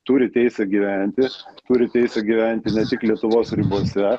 turi teisę gyventi turi teisę gyventi ne tik lietuvos ribose